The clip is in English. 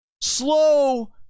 Slow